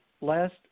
last